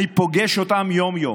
אני פוגש אותם יום-יום.